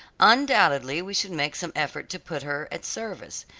undoubtedly we should make some effort to put her at service.